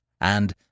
And